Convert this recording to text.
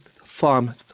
farm